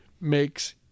makes